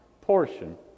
portion